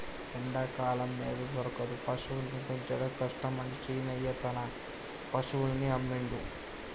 ఎండాకాలం మేత దొరకదు పశువుల్ని పెంచడం కష్టమని శీనయ్య తన పశువుల్ని అమ్మిండు